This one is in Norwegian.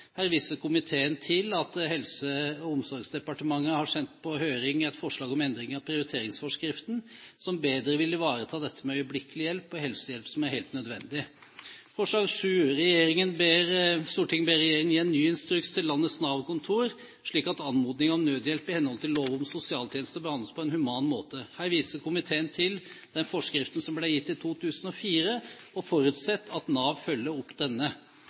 Her viser komiteen til at Helse- og omsorgsdepartementet har sendt på høring et forslag om endring av prioriteringsforskriften, som bedre vil ivareta dette med øyeblikkelig hjelp og helsehjelp som er helt nødvendig. «Forslag 7: Stortinget ber regjeringen gi en ny instruks til landets Nav-kontorer slik at anmodninger om nødhjelp i henhold til lov om sosialtjenester behandles på en human måte» Her viser komiteen til den forskriften som ble gitt i 2004 og forutsetter at Nav følger opp denne.